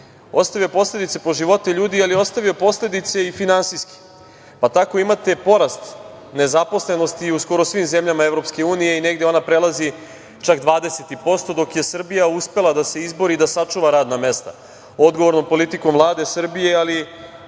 Ostavio je posledice po živote ljudi, ali je ostavio i finansijske posledice. Tako imate porast nezaposlenosti u skoro svim zemljama Evropske unije, i negde ona prelazi čak 20%, dok je Srbija uspela da se izbori i da sačuva radna mesta odgovornom politike Vlade Srbije, ali